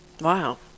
Wow